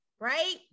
Right